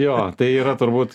jo tai yra turbūt